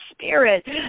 Spirit